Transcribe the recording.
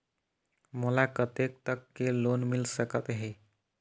मोला कतेक तक के लोन मिल सकत हे?